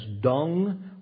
dung